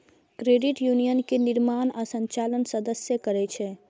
credit union के निर्माण आ संचालन सदस्ये करै छै